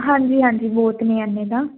ਹਾਂਜੀ ਹਾਂਜੀ ਬਹੁਤ ਨੇ ਆਨੇ ਤਾਂ